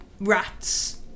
rats